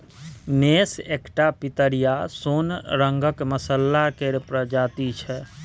मेस एकटा पितरिया सोन रंगक मसल्ला केर प्रजाति छै